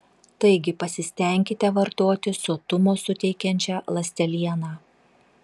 taigi pasistenkite vartoti sotumo suteikiančią ląstelieną